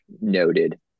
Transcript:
Noted